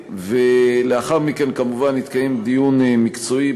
ולאחר מכן כמובן יתקיים דיון מקצועי,